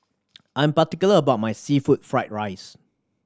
I am particular about my seafood fried rice